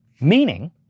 meaning